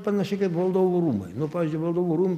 panašiai kaip valdovų rūmai nu pavyzdžiui valdovų rūm